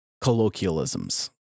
colloquialisms